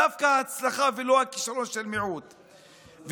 דווקא ההצלחה ולא הכישלון של המיעוט.